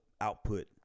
output –